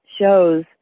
shows